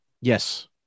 Yes